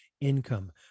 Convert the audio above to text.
income